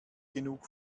genug